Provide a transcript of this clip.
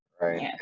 right